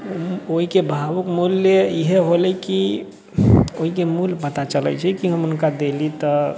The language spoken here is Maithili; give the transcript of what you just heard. ओहिके भावुक मूल्य ईहे होलै कि ओहिके मूल्य पता चलै छै कि हम हुनका देली तऽ